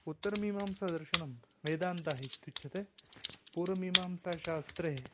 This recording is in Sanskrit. उत्तरमीमांसादर्शनं वेदान्तः इत्युच्यते पूर्वमीमांसाशास्त्रे